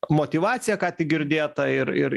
motyvaciją ką tik girdėtą ir ir